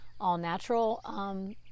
all-natural